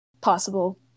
possible